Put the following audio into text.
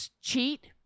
cheat